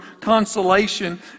consolation